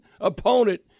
opponent